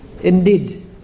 indeed